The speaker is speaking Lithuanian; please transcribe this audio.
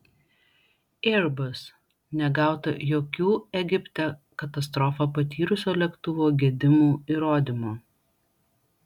airbus negauta jokių egipte katastrofą patyrusio lėktuvo gedimų įrodymo